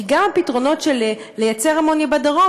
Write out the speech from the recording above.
כי גם הפתרון לייצר אמוניה בדרום,